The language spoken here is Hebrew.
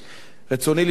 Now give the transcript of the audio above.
רצוני לשאול: